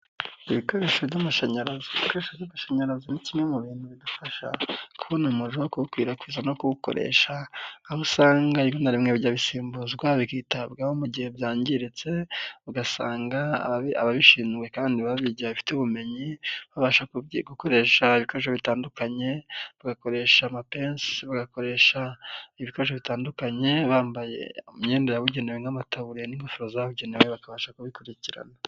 Ibikoresho by'amashanyarazi ni kimwe mu bintu bidufasha kubona umuriro wo guwukwirakwiza no kuwukoresha aho usanga rimwe na rimwe bijya bisimbuzwa bikitabwaho mu gihe byangiritse, ugasanga ababishinzwe kandi baba bafite ubumenyi babasha gukoresha ibikoresho bitandukanye bagakoresha amapensi, bagakoresha ibikoresho bitandukanye bambaye imyenda yabugenewe n'amataburiye n'ingufu zabugenewe bakabasha kubikurikirana.